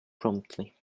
promptly